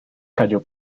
cayó